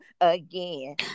again